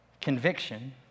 Conviction